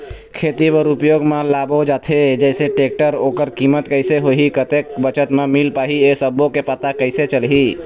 खेती बर उपयोग मा लाबो जाथे जैसे टेक्टर ओकर कीमत कैसे होही कतेक बचत मा मिल पाही ये सब्बो के पता कैसे चलही?